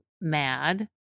mad